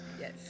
Yes